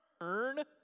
turn